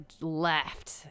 left